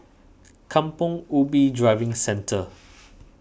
Kampong Ubi Driving Centre